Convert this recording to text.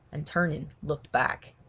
and turning, looked back.